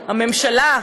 אלמלא הממשלה,